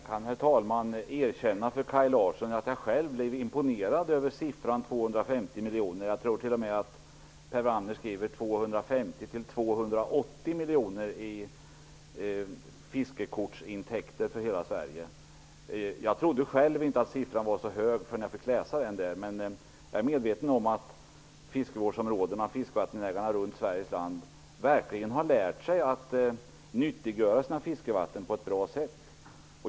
Herr talman! Jag kan erkänna för Kaj Larsson att jag själv blev imponerad över siffran 250 miljoner. Jag tror att Per Wramner talar om 250--280 miljoner i fiskekortsintäkter för hela Sverige. Jag trodde själv inte att siffran var så hög förrän jag fick läsa den. Men jag är medveten om att fiskevattensägarna runt om i Sverige verkligen har lärt sig att nyttiggöra sina fiskevatten på ett bra sätt.